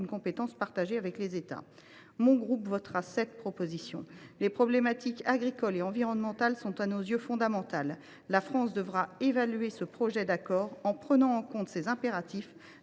d’une compétence partagée avec les États. Notre groupe votera cette proposition de résolution. Très bien ! Les problématiques agricole et environnementale sont à nos yeux fondamentales. La France devra évaluer ce projet d’accord en prenant en compte ces impératifs